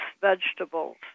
vegetables